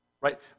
Right